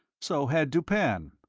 so had dupin.